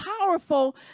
powerful